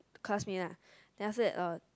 classmate lah then after that uh